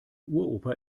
uropa